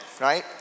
Right